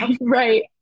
right